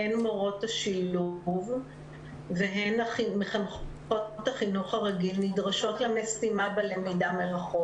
הן מורות השילוב והן מחנכות החינוך הרגיל נדרשות למשימה בלמידה מרחוק.